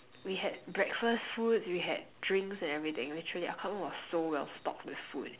we had breakfast foods we had drinks and everything literally our club room was so well stocked with food